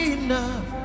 enough